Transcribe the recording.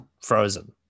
frozen